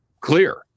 clear